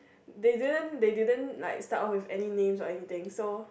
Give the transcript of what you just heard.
they didn't they didn't like start off with any names or anything so